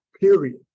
period